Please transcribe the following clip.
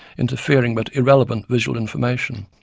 interfering but irrelevant visual information,